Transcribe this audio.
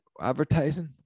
advertising